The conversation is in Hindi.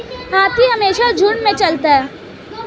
हाथी हमेशा झुंड में चलता है